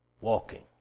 walking